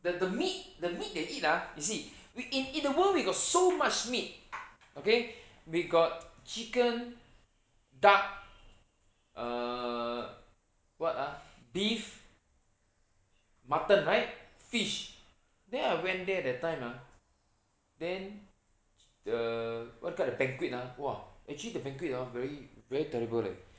the meat the meat they eat ah you see yo~ i~ in the world we got so much meat okay we got chicken duck err what ah beef mutton right fish then I went there that time ah then the what you call that the banquet ah !wah! actually the banquet hor very very terrible leh